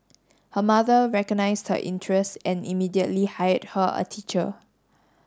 her mother recognised her interest and immediately hired her a teacher